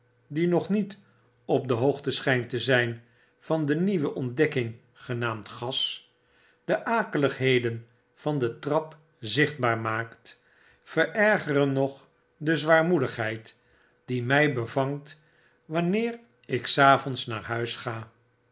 die nog niet op de hoogte schijnt te zijn van de nieuwe ontdekking genaamd gas de akeligheden van de trap zichtbaar maakt verergeren nog de zwaarmoedigheid die my bevangtwanneer ik s avonds naar huis ga